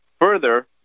further